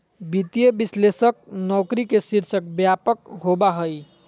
वित्तीय विश्लेषक नौकरी के शीर्षक व्यापक होबा हइ